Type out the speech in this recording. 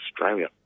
Australia